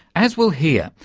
as we'll hear,